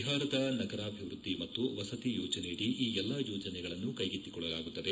ಬಿಹಾರದ ನಗರಾಭಿವೃದ್ದಿ ಮತ್ತು ವಸತಿ ಯೋಜನೆಯಡಿ ಈ ಎಲ್ಲಾ ಯೋಜನೆಗಳನ್ನು ಕೈಗೆತ್ತಿಕೊಳ್ಳಲಾಗುತ್ತದೆ